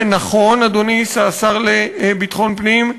זה נכון, השר לביטחון פנים,